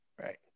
right